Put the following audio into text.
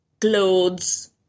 Clothes